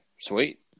sweet